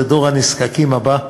זה דור הנזקקים הבא,